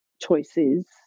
choices